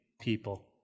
people